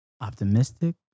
optimistic